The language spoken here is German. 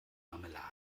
marmelade